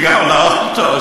לאוטו.